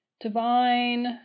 divine